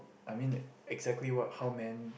I mean that exactly what how men